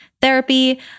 therapy